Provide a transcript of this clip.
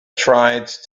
tried